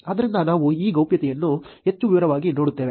ಆದ್ದರಿಂದ ನಾವು ಈ ಗೌಪ್ಯತೆಯನ್ನು ಹೆಚ್ಚು ವಿವರವಾಗಿ ನೋಡುತ್ತೇವೆ